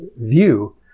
view